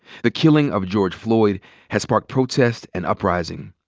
the killing of george floyd has sparked protest and uprising,